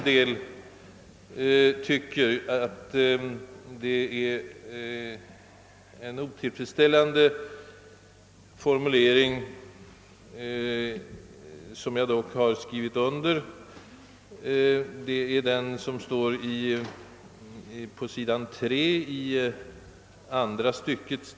Jag finner nog för min del utskottets formulering på s. 3, andra styckets sista sats, otillfredsställande, även om jag har skrivit under den.